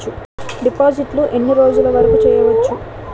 డిపాజిట్లు ఎన్ని రోజులు వరుకు చెయ్యవచ్చు?